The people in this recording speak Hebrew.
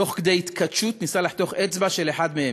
תוך כדי התכתשות הוא ניסה לחתוך אצבע של אחד מהם.